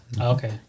Okay